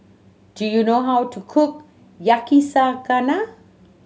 do you know how to cook Yakizakana